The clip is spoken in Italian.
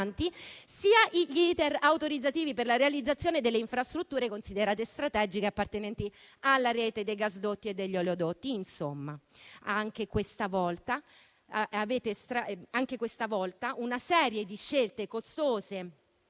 sia gli *iter* autorizzativi per la realizzazione delle infrastrutture considerate strategiche appartenenti alla rete dei gasdotti e degli oleodotti. Insomma, anche questa volta avete adottato una serie di scelte costose,